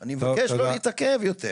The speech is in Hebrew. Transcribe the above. אני מבקש לא להתעכב יותר.